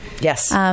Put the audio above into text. Yes